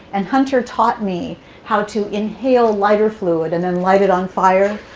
and hunter taught me how to inhale lighter fluid and then light it on fire,